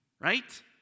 right